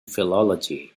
philology